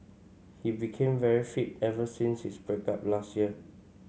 he became very fit ever since his break up last year